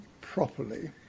properly